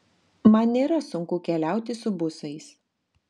man nėra sunku keliauti su busais